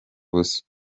ubusa